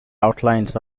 outlines